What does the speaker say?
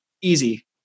Easy